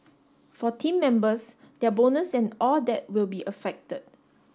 for team members their bonus and all that will be affected